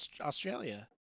Australia